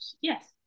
yes